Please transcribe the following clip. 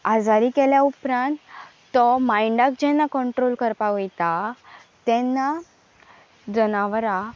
आजारी केल्या उपरांत तो मायंडाक जेन्ना कंट्रोल करपाक वयता तेन्ना जनावरां